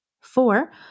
Four